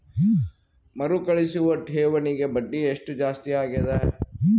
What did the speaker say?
ಮರುಕಳಿಸುವ ಠೇವಣಿಗೆ ಬಡ್ಡಿ ಎಷ್ಟ ಜಾಸ್ತಿ ಆಗೆದ?